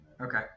Okay